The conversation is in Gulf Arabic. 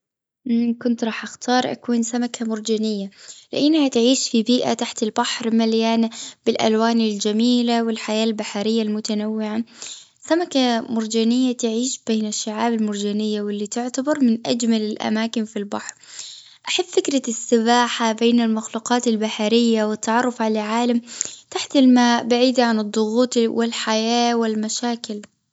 امم كنت راح أختار أكون سمكة مرجانية. لأني تعيش في بيئة تحت البحر مليانة بالألوان الجميلة والحياة البحرية المتنوعة. سمكة مرجانية تعيش بين الشعاب المرجانية واللي تعتبر من أجمل الأماكن في البحر. أحس فكرة السباحة بين المخلوقات البحرية والتعرف على عالم نصف الماء بعيدا عن الضغوط والحياة والمشاكل.